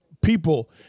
people